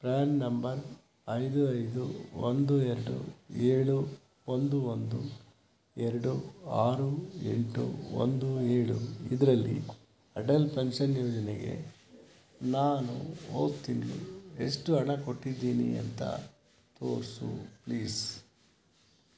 PRAN number ಐದು ಐದು ಒಂದು ಎರಡು ಏಳು ಒಂದು ಒಂದು ಎರಡು ಆರು ಎಂಟು ಒಂದು ಏಳು ಇದರಲ್ಲಿ ಅಟಲ್ ಪೆನ್ಷನ್ ಯೋಜನೆಗೆ ನಾನು ಹೋದ ತಿಂಗಳು ಎಷ್ಟು ಹಣ ಕೊಟ್ಟಿದ್ದೀನಿ ಅಂತ ತೋರಿಸು ಪ್ಲೀಸ್